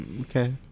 okay